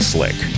Slick